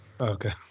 Okay